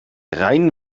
rein